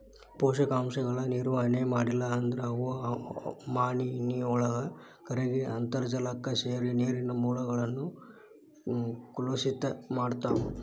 ಪೋಷಕಾಂಶಗಳ ನಿರ್ವಹಣೆ ಮಾಡ್ಲಿಲ್ಲ ಅಂದ್ರ ಅವು ಮಾನಿನೊಳಗ ಕರಗಿ ಅಂತರ್ಜಾಲಕ್ಕ ಸೇರಿ ನೇರಿನ ಮೂಲಗಳನ್ನ ಕಲುಷಿತ ಮಾಡ್ತಾವ